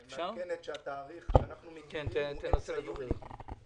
התאריך שאנחנו מכירים הוא אמצע יולי.